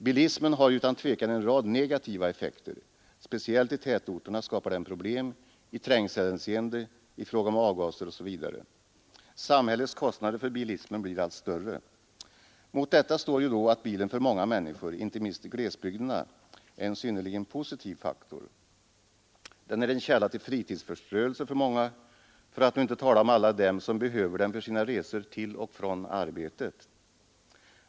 Bilismen har ju utan tvivel en rad negativa effekter; speciellt i tätorterna skapar den problem: i trängselhänseende, i fråga om avgaser osv. Samhällets kostnader för bilismen blir allt större. Mot detta står att bilen för många människor, inte minst i glesbygderna, är en synnerligen positiv faktor. Den är en källa till fritidsförströelse för många, för att nu inte tala om alla dem som behöver den för sina resor till och från arbetet.